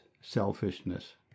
selfishness